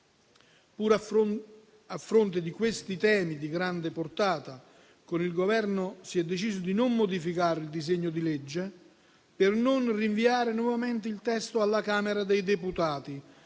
Pur a fronte di questi temi di grande portata, con il Governo si è deciso di non modificare il disegno di legge per non rinviare nuovamente il testo alla Camera dei deputati,